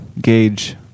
gauge